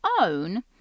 own